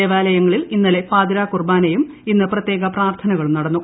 ദേവാലയങ്ങളിൽ ഇന്നലെ പാതിരാകുർബാനയും ഇന്ന് പ്രത്യേക പ്രാർത്ഥനകളും നടന്നു